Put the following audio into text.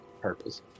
purpose